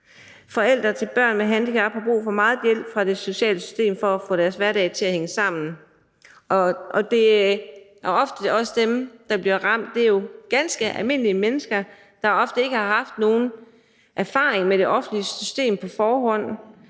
Forældre til børn med handicap har brug for meget hjælp fra det sociale system, for at de kan få deres hverdag til at hænge sammen, og det er oftest også dem, der bliver ramt. Det er jo ganske almindelige mennesker, der på forhånd ofte ikke har haft nogen erfaring med det offentlige system, men